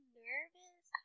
nervous